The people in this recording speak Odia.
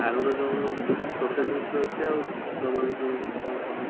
ଆଗରୁ ଯେଉଁ ଅଛି ଆଉ ଦେବ ସେତେବେଳକୁ କ'ଣ କ'ଣ ଅଛି